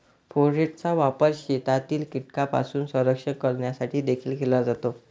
फोरेटचा वापर शेतातील कीटकांपासून संरक्षण करण्यासाठी देखील केला जातो